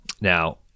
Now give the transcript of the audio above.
Now